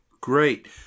Great